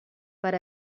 per